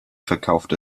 verkauft